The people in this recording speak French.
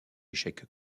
échec